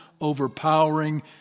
overpowering